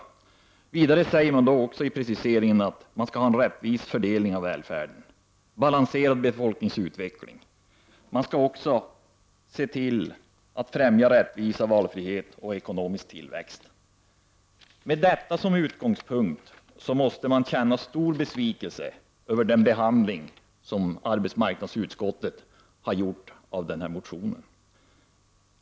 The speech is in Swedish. Vidare sägs i preciseringen att det skall vara en rättvis fördelning av välfärden och en balanserad befolkningsutveckling. Man skall också se till att rättvisa, valfrihet och ekonomisk tillväxt främjas. Med detta som utgångspunkt måste man känna stor besvikelse över arbetsmarknadsutskottets behandling av den här motionen.